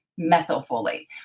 methylfolate